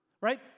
right